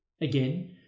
Again